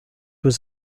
was